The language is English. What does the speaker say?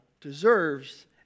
deserves